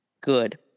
good